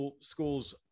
schools